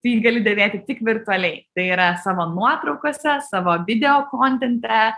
tu jį gali dėvėti tik virtualiai tai yra savo nuotraukose savo video kontente